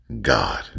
God